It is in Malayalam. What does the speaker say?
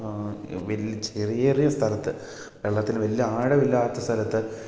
വലിയ ചെറിയ ചെറിയ സ്ഥലത്ത് വെള്ളത്തിന് വല്ല ആഴം ഇല്ലാത്ത സ്ഥലത്ത്